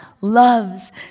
loves